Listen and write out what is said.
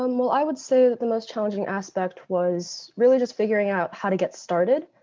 um well, i would say that the most challenging aspect was really just figuring out how to get started.